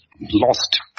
lost